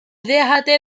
déjate